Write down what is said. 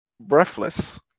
breathless